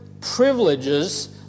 privileges